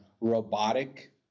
robotic